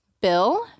Bill